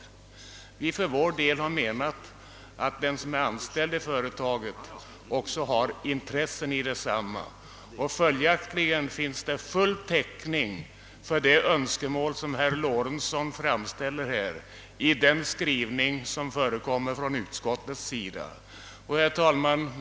Följaktligen finns det i utskottets skrivning full täckning för de önskemål som herr Lorentzon här framställt. Herr talman!